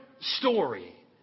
story